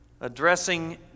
addressing